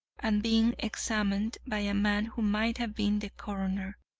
and being examined by a man who might have been the coroner.